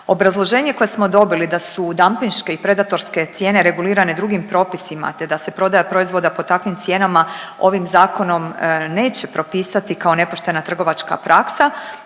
Obrazloženje koje smo dobili da su dampinške i predatorske cijene regulirane drugim propisima te da se prodaja proizvoda po takvim cijenama ovim zakonom neće propisati kao nepoštena trgovačka praksa